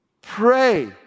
Pray